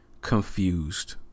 confused